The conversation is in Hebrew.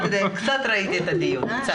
אני קצת ראיתי את הדיון, קצת.